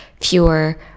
fewer